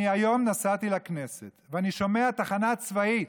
אני היום נסעתי לכנסת, ואני שומע תחנה צבאית,